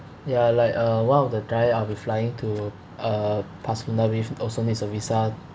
ya like uh one of the times I'll be flying to uh barcelona with also needs a visa